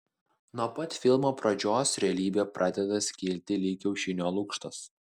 nuo pat filmo pradžios realybė pradeda skilti lyg kiaušinio lukštas